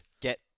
get